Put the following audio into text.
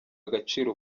agaciro